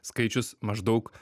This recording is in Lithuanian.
skaičius maždaug